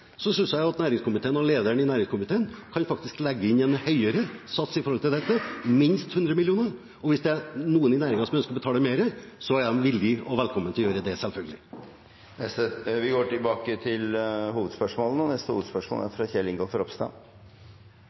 så synes jeg at næringskomiteen og lederen i næringskomiteen faktisk kan legge inn en høyere sats på dette – minst 100 mill. kr. Og hvis det er noen i næringen som ønsker og er villige til å betale mer, er de velkommen til å gjøre det, selvfølgelig. Vi går videre til neste hovedspørsmål. Jeg er